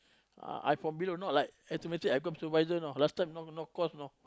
ah I from below not like automatic I become supervisor know last time no no course know